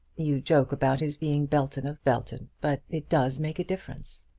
you joke about his being belton of belton. but it does make a difference.